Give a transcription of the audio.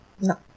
No